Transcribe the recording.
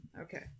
Okay